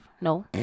No